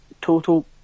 total